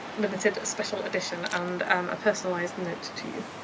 limited special edition and a personalized note to you.